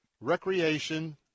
recreation